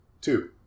Two